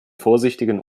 vorsichtigen